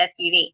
SUV